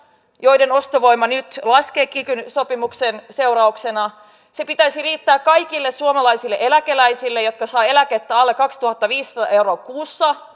joiden ostovoima nyt laskee kiky sopimuksen seurauksena sen pitäisi riittää kaikille suomalaisille eläkeläisille jotka saavat eläkettä alle kaksituhattaviisisataa euroa kuussa